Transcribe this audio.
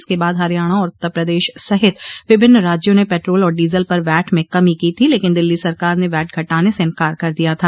इसके बाद हरियाणा और उत्तर प्रदेश सहित विभिन्न राज्यों ने पेट्रोल और डीजल पर वैट में कमी की थी लेकिन दिल्ली सरकार ने वैट घटाने से इंकार कर दिया था